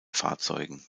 fahrzeugen